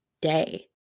day